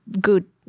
good